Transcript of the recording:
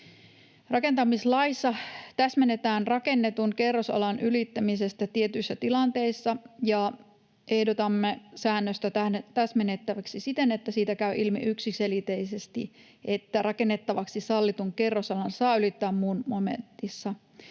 Rakentamislaissa täsmennetään rakennetun kerrosalan ylittämisestä tietyissä tilanteissa, ja ehdotamme säännöstä täsmennettäväksi siten, että siitä käy ilmi yksiselitteisesti, että rakennettavaksi sallitun kerrosalan saa ylittää muun momentissa